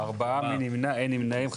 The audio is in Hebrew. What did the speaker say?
4 נמנעים,